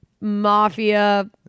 Mafia